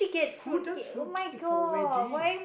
who does fruit cake for a wedding